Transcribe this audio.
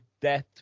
death